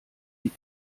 die